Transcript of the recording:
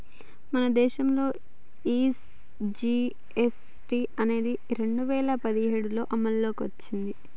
మన దేసంలో ఈ జీ.ఎస్.టి అనేది రెండు వేల పదిఏడులో అమల్లోకి ఓచ్చింది